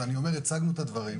אבל אני אומר שהצגנו את הדברים,